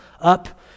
up